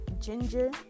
ginger